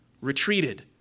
retreated